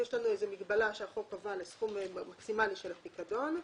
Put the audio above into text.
יש לנו מגבלה שהחוק קבע לסכום מקסימלי של הפיקדון.